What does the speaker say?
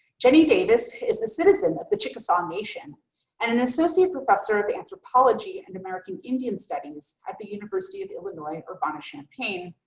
jenny davis is a citizen of the chickasaw nation and an associate professor of anthropology and american indian studies at the university of illinois, urbana-champaign,